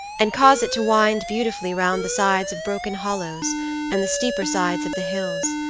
and cause it to wind beautifully round the sides of broken hollows and the steeper sides of the hills,